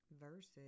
Verses